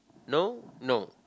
no no